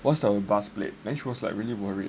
what is the bus plate then she was like really worried